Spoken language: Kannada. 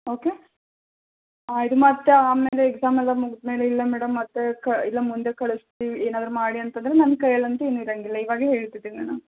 ಓಕೆ ಹಾಂ ಇದು ಮತ್ತೆ ಆಮೇಲೆ ಎಕ್ಸಾಮ್ ಎಲ್ಲ ಮುಗಿದ್ಮೇಲೆ ಇಲ್ಲ ಮೇಡಮ್ ಮತ್ತೆ ಇಲ್ಲ ಮುಂದೆ ಕಳಿಸ್ತೀವಿ ಏನಾದರು ಮಾಡಿ ಅಂತಂದರೆ ನಮ್ಮ ಕೈಯಲ್ಲಂತು ಏನೂ ಇರಂಗಿಲ್ಲ ಇವಾಗಲೆ ಹೇಳ್ತಿದ್ದೀನಿ ನಾನು